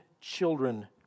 children